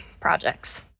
projects